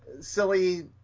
silly